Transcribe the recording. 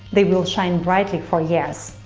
they will shine brightly for year.